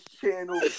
channel